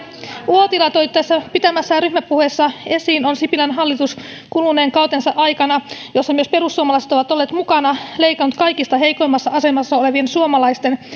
uotila toi tässä pitämässään ryhmäpuheessa esiin on sipilän hallitus kuluneen kautensa aikana jossa myös perussuomalaiset ovat olleet mukana leikannut kaikista heikoimmassa asemassa olevien suomalaisten